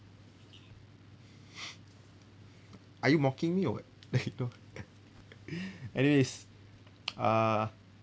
are you mocking me or what anyways ah